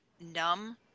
numb